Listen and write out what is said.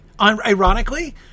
Ironically